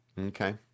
Okay